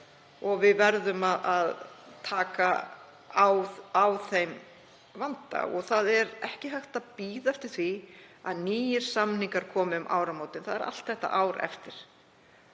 og við verðum að taka á þeim vanda. Það er ekki hægt að bíða eftir því að nýir samningar komi um áramótin. Allt þetta ár er eftir.